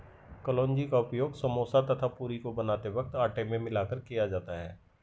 कलौंजी का उपयोग समोसा तथा पूरी को बनाते वक्त आटे में मिलाकर किया जाता है